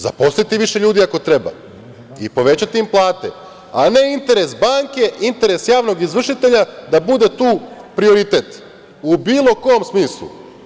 Zaposlite više ljudi, ako treba, i povećajte im plate, a ne interes banke, interes javnog izvršitelja da bude tu prioritet i bilo kom smislu.